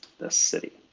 the city.